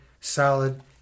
solid